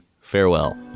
farewell